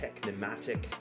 Technomatic